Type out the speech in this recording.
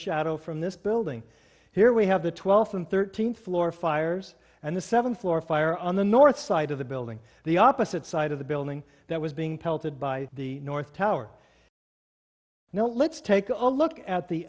shadow from this building here we have the twelfth and thirteenth floor fires and the seventh floor fire on the north side of the building the opposite side of the building that was being pelted by the north tower now let's take a look at the